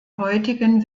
heutigen